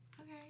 Okay